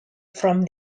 from